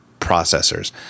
processors